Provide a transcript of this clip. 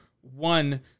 one